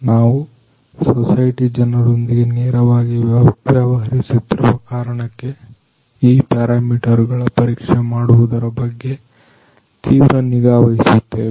ನಾವು ಸೊಸೈಟಿ ಜನರೊಂದಿಗೆ ನೇರವಾಗಿ ವ್ಯವಹರಿಸುತ್ತಿರುವ ಕಾರಣಕ್ಕೆ ಈ ಪ್ಯಾರಾ ಮೀಟರ್ ಗಳ ಪರೀಕ್ಷೆ ಮಾಡುವುದರ ಬಗ್ಗೆ ತೀವ್ರ ನಿಗಾವಹಿಸುತ್ತೇವೆ